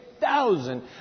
thousand